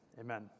amen